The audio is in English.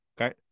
Okay